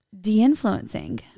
de-influencing